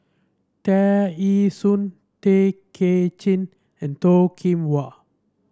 Tear Ee Soon Tay Kay Chin and Toh Kim Hwa